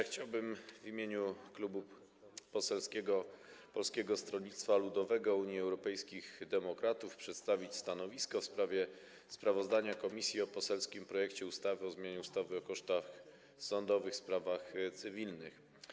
Chciałbym w imieniu Klubu Poselskiego Polskiego Stronnictwa Ludowego - Unii Europejskich Demokratów przedstawić stanowisko w sprawie sprawozdania komisji o poselskim projekcie ustawy o zmianie ustawy o kosztach sądowych w sprawach cywilnych.